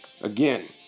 Again